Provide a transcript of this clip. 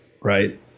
Right